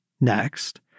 Next